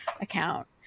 account